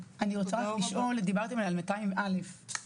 אני רוצה רגע לחזור למקום שהפסקנו בו,